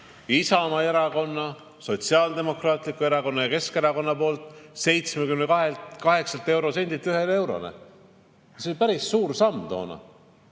Isamaa Erakonna, Sotsiaaldemokraatliku Erakonna ja Keskerakonna poolt 78 eurosendilt ühele eurole. See oli päris suur samm.